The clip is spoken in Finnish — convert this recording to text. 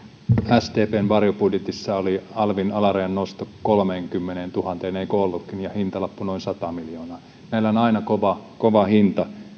sdpn varjobudjetissa oli alvin alarajan nosto kolmeenkymmeneentuhanteen eikö ollutkin ja hintalappu noin sata miljoonaa näillä on aina kova kova hinta